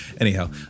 Anyhow